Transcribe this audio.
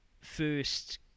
first